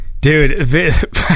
Dude